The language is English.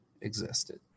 existed